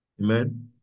Amen